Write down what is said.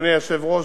אדוני היושב-ראש,